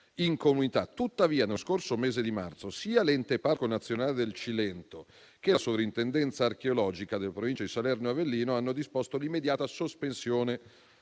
Tuttavia, nello scorso mese di marzo, sia l'ente Parco nazionale del Cilento, sia la Soprintendenza archeologica delle Province di Salerno e Avellino hanno disposto l'immediata sospensione